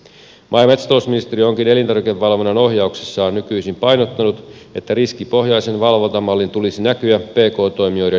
maa ja metsätalousministeriö onkin elintarvikevalvonnan ohjauksessaan nykyisin painottanut että riskipohjaisen valvontamallin tulisi näkyä pk toimijoiden vähentyvänä byrokratiana